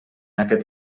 aquest